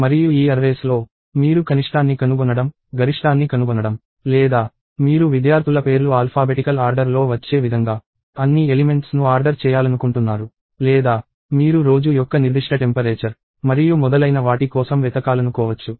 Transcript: మరియు ఈ అర్రేస్ లో మీరు కనిష్టాన్ని కనుగొనడం గరిష్టాన్ని కనుగొనడం లేదా మీరు విద్యార్థుల పేర్లు ఆల్ఫాబెటికల్ ఆర్డర్ లో వచ్చే విధంగా అన్ని ఎలిమెంట్స్ ను ఆర్డర్ చేయాలనుకుంటున్నారు లేదా మీరు రోజు యొక్క నిర్దిష్ట టెంపరేచర్ మరియు మొదలైన వాటి కోసం వెతకాలనుకోవచ్చు